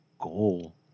goal